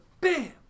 BAM